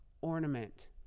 ornament